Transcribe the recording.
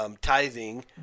tithing